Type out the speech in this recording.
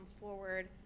forward